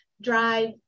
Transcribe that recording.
drive